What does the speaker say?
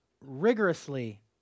rigorously